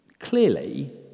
Clearly